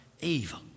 evil